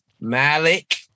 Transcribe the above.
Malik